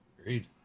Agreed